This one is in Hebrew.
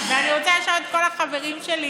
אני רוצה לשאול את כל החברים שלי